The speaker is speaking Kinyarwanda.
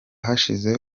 hashize